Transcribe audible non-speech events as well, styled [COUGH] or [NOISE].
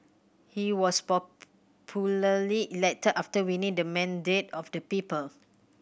he was [UNINTELLIGIBLE] elected after winning the mandate of the people